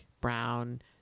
brown